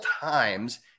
times